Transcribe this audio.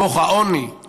העוני